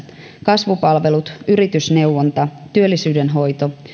kasvupalvelut yritysneuvonta työllisyyden hoito